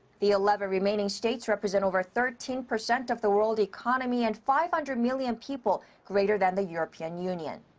the eleven remaining states represent over thirteen percent of the world economy and five hundred million people, greater than the european union.